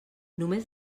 només